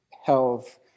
health